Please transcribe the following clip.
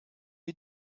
you